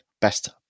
best